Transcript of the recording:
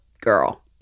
girl